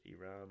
Iran